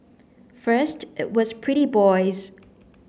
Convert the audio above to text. first it was pretty boys